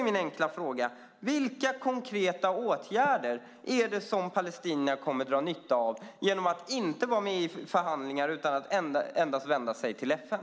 Min enkla fråga är: Vilka konkreta åtgärder kommer palestinierna att kunna dra nytta av genom att inte delta i förhandlingar utan endast vända sig till FN?